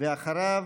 ואחריו,